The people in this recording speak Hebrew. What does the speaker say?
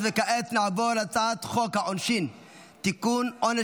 הצעת חוק משפחות חיילים שנספו